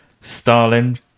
Stalin